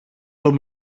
των